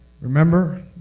remember